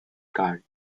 card